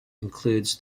includes